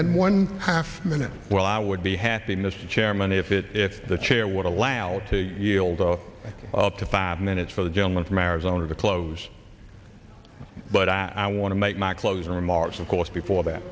and one half minutes well i would be happy in this chairman if it if the chair would allow to yield a up to five minutes for the gentleman from arizona to close but i i want to make my closing remarks of course before that